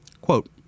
quote